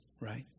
right